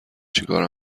چیکاره